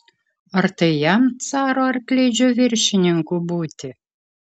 ar tai jam caro arklidžių viršininku būti